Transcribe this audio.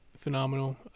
phenomenal